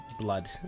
blood